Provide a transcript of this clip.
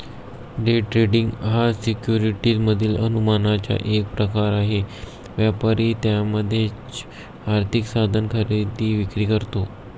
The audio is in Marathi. डे ट्रेडिंग हा सिक्युरिटीज मधील अनुमानाचा एक प्रकार आहे, व्यापारी त्यामध्येच आर्थिक साधन खरेदी विक्री करतो